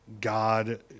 God